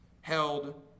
held